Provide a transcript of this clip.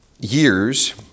years